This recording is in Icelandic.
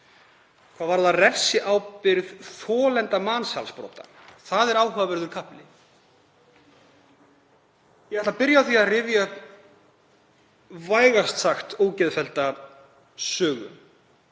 fjallað um refsiábyrgð þolenda mansalsbrota. Það er áhugaverður kafli. Ég ætla að byrja á því að rifja upp vægast sagt ógeðfellda sögu